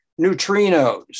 neutrinos